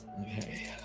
Okay